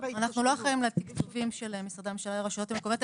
אנחנו לא אחראים לתקצובים של משרדי הממשלה לרשויות המקומיות.